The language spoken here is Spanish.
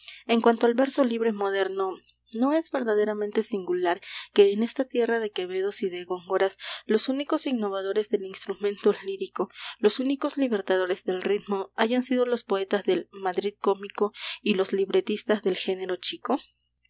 en cuanto al verso libre moderno no es verdaderamente singular que en esta tierra de quevedos y de góngoras los únicos innovadores del instrumento lírico los únicos libertadores del ritmo hayan sido los poetas del madrid cómico y los libretistas del género chico